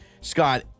Scott